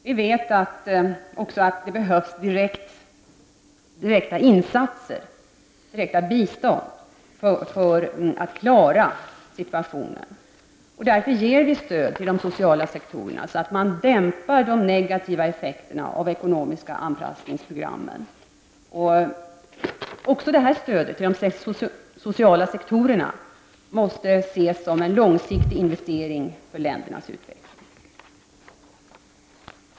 Vi vet också att det behövs direkta biståndsinsatser för att klara situationen. Därför ger vi stöd till de sociala sektorerna, så att man dämpar de negativa effekterna av de ekonomiska anpassningsprogrammen. Detta stöd till de sociala sektorerna måste ses som en långsiktig investering för ländernas utveckling.